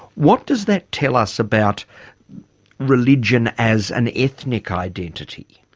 what does that tell us about religion as an ethnic identity?